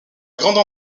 grande